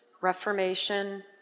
reformation